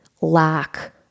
lack